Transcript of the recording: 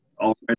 already